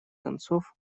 концов